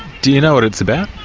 do you know what it's about?